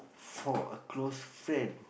for a close friend